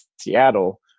Seattle